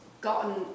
gotten